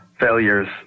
failures